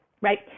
right